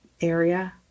area